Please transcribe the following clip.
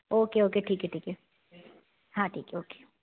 okay okay ठीक है ठीक है हाँ ठीक है ओके